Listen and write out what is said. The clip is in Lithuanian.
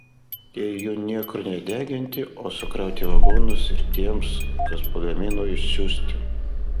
jei jų niekur nedeginti o sukrauti į vagonus ir tiems kas pagamino išsiųsti